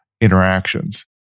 interactions